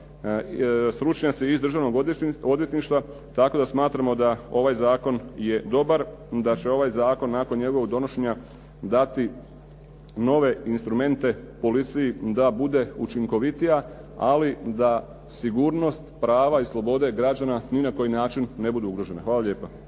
stručnjaci iz državnog odvjetništva, tako da smatramo da je ovaj zakon dobar. Da će ovaj zakon nakon njegovog donošenja dati nove instrumente policiji da bude učinkovitija, ali da sigurnost prava i slobode građana ni na koji način ne budu ugrožena. Hvala lijepa.